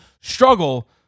struggle